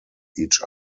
each